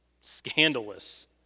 scandalous